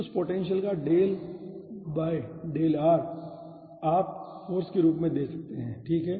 उस पोटेंशियल का del del r आप फ़ोर्स के रूप में दे सकते हैं ठीक है